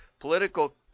Political